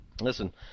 Listen